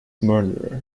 murderer